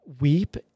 weep